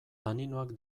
taninoak